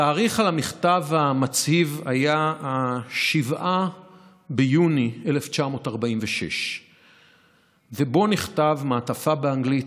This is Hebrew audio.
התאריך על המכתב המצהיב היה 7 ביוני 1946. המעטפה באנגלית,